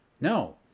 No